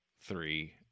three